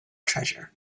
treasure